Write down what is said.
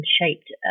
shaped